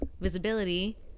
visibility